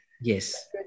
Yes